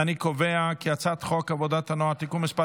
להעביר את הצעת חוק עבודת הנוער (תיקון מס'